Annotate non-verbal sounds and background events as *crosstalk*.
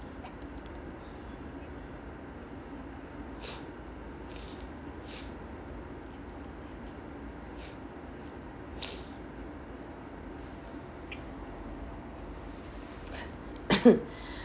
*coughs*